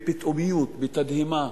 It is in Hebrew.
בפתאומיות, בתדהמה.